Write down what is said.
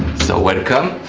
so welcome.